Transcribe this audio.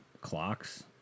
clocks